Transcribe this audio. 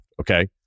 okay